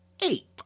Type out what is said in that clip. eight